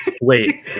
Wait